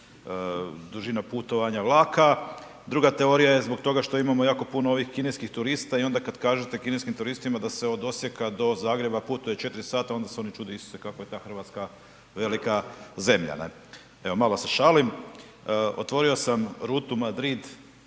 dužina putovanja vlaka, druga teorija je zbog toga što imamo jako puno ovih kineskih turista i onda kad kažete kineskim turistima da se od Osijeka do Zagreba putuje 4 sata onda se oni čude, Isuse kakva je ta RH velika zemlja ne, evo malo se šalim. Otvorio sam rutu Madrid